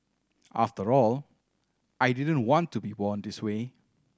after all I didn't want to be born this way